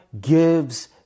gives